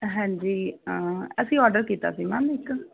ਹਾਂਜੀ ਅਸੀਂ ਆਰਡਰ ਕੀਤਾ ਸੀ ਮੈਮ ਇੱਕ